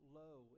low